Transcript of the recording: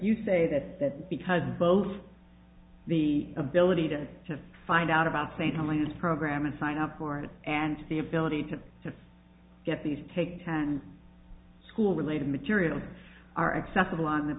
you say that that because both the ability to to find out about say timeliness program and sign up for it and the ability to to get these take time school related material are accessible on the